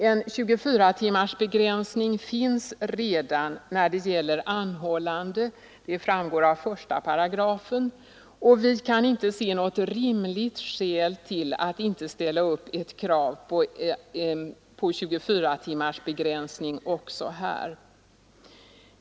En 24-timmarsbegränsning finns redan när det gäller anhållanden, det framgår av 1 §, och vi kan inte se något rimligt skäl till att inte ställa upp något krav på 24-timmarsbegränsning också här.